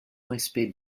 respect